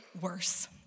worse